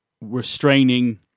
restraining